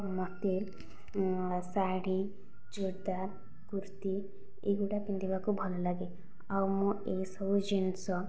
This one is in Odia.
ମୋତେ ଶାଢ଼ୀ ଚୁଡ଼ିଦାର କୁର୍ତ୍ତୀ ଏଗୁଡ଼ିକ ପିନ୍ଧିବାକୁ ଭଲ ଲାଗେ ଆଉ ମୁଁ ଏହି ସବୁ ଜିନିଷ